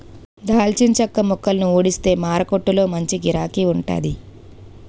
దాల్చిన చెక్క మొక్కలని ఊడిస్తే మారకొట్టులో మంచి గిరాకీ వుంటాది